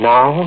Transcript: Now